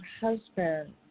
husband